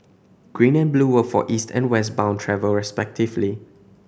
green and blue were for East and West bound travel respectively